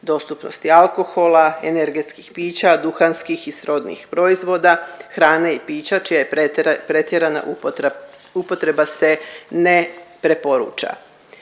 dostupnosti alkohola, energetskih pića, duhanskih i srodnih proizvoda, hrane i pića čija pretjerana upotreba se ne preporuča.